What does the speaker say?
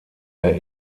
der